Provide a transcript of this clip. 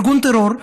ארגון טרור.